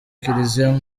kiliziya